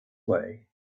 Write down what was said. way